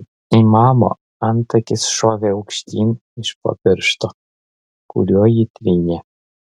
imamo antakis šovė aukštyn iš po piršto kuriuo jį trynė